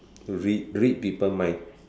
read read people mind